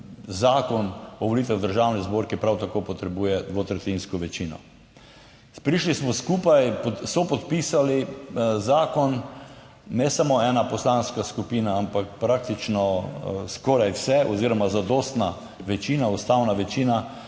Zakon o volitvah v Državni zbor, ki prav tako potrebuje dvotretjinsko večino. Prišli smo skupaj, sopodpisali zakon, ne samo ena poslanska skupina, ampak praktično skoraj vse oziroma zadostna večina, ustavna večina.